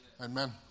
Amen